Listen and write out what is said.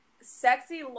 sexy